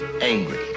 angry